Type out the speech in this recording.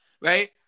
right